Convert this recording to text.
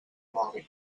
mòbil